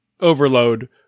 overload